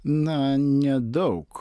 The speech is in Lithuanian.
na nedaug